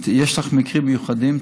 אם יש לך מקרים מיוחדים,